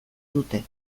dute